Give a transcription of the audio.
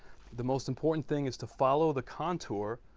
the most important thing is to follow the contour